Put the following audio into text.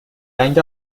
رنگ